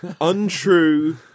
untrue